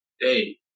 day